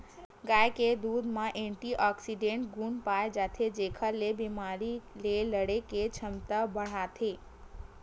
गाय के दूद म एंटीऑक्सीडेंट गुन पाए जाथे जेखर ले बेमारी ले लड़े के छमता बाड़थे